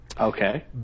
Okay